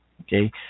Okay